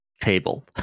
table